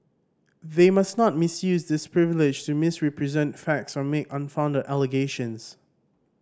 they must not misuse this privilege to misrepresent facts or make unfounded allegations